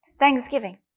Thanksgiving